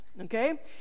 okay